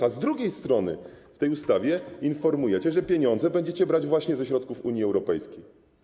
A z drugiej strony w tej ustawie informujecie, że pieniądze będziecie brać właśnie ze środków Unii Europejskiej.